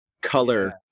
color